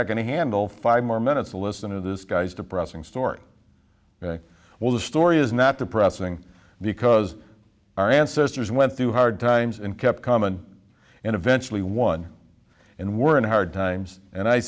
to handle five more minutes to listen to this guy's depressing story well the story is not depressing because our ancestors went through hard times and kept common and eventually won and we're in hard times and i